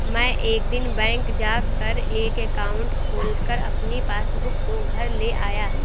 मै एक दिन बैंक जा कर एक एकाउंट खोलकर अपनी पासबुक को घर ले आया